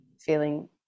feeling